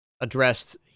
addressed